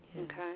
Okay